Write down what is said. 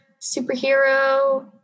superhero